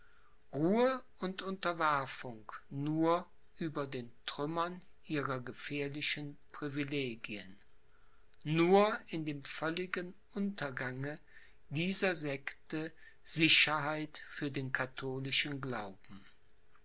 ruhe und unterwerfung nur über den trümmern ihrer gefährlichen privilegien nur in dem völligen untergange dieser sekte sicherheit für den katholischen glauben